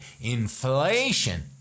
Inflation